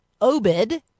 Obed